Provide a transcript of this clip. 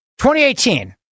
2018